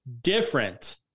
different